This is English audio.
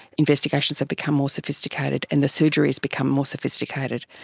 investigations have become more sophisticated and the surgery has become more sophisticated.